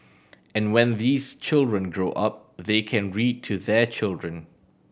and when these children grow up they can read to their children